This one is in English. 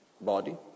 body